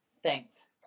Thanks